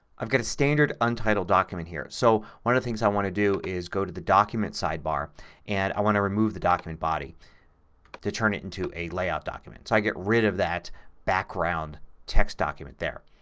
i've got a standard untitled document here. so one of the things i want to do is go to the document sidebar and i want to remove the document body to turn it and to a layout document. so i get rid of that background text document there.